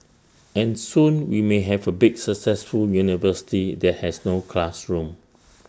and soon we may have A big successful university that has no classrooms